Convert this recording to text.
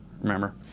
remember